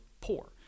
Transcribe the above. poor